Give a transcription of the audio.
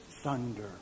thunder